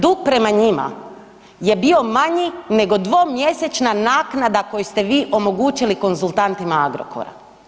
Dug prema njima je bio manji nego dvomjesečna naknada koju ste vi omogućili konzultantima Agrokora.